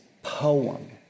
poem